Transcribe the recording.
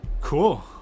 cool